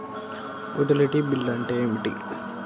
Utility bill అంటే ఏమిటి?